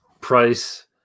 Price